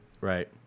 Right